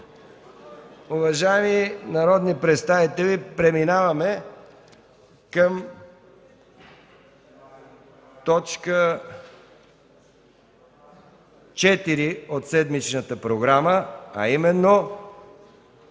Уважаеми народни представители, преминаваме към точка четвърта от седмичната ни програма, а именно: